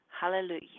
Hallelujah